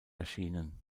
erschienen